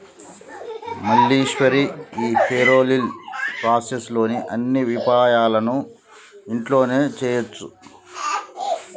మల్లీశ్వరి ఈ payroll process లోని అన్ని విపాయాలను ఇంట్లోనే చేయొచ్చు